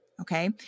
okay